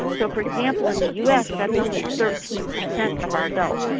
so, for example, in the us that's only thirteen percent of our adults,